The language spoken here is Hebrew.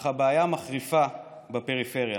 אך הבעיה מחריפה בפריפריה.